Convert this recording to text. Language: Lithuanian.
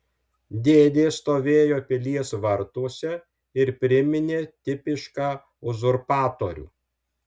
dėdė stovėjo pilies vartuose ir priminė tipišką uzurpatorių